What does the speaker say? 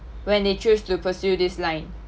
when they choose to pursue this line